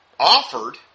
offered